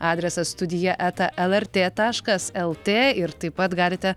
adresas studija eta lrt taškas lt ir taip pat galite